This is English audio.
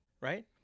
Right